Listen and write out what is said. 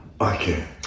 Okay